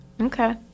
Okay